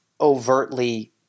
overtly